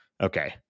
okay